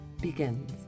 begins